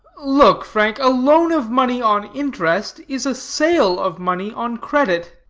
look, frank, a loan of money on interest is a sale of money on credit.